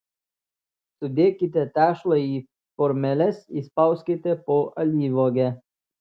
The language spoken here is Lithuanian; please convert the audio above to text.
sudėkite tešlą į formeles įspauskite po alyvuogę